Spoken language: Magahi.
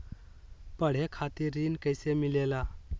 पढे खातीर ऋण कईसे मिले ला?